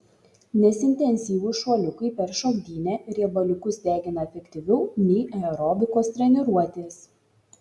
nes intensyvūs šuoliukai per šokdynę riebaliukus degina efektyviau nei aerobikos treniruotės